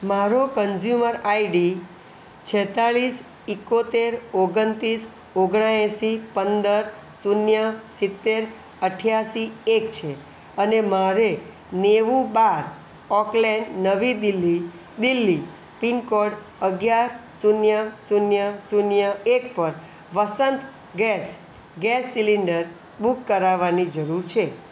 મારો consumer ID છેંતાળીસ ઇકોતેર ઓગણત્રીસ ઓગણએંસી પંદર શૂન્ય સિત્તેર અઠ્ઠાસી એક છે અને મારે નેવું બાર ઓકલેં નવી દિલ્હી દિલ્હી પિનકોડ અગિયાર શૂન્ય શૂન્ય શૂન્ય એક પર Vasant gas gas cylinder book કરાવવાની જરૂર છે